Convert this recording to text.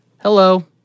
hello